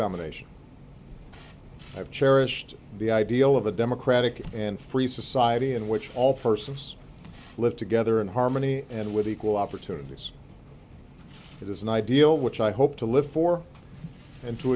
domination i have cherished the ideal of a democratic and free society in which all persons live together in harmony and with equal opportunities it is an ideal which i hope to live for and t